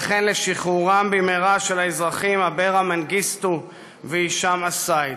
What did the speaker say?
וכן לשחרורם במהרה של האזרחים אברה מנגיסטו והישאם א-סייד.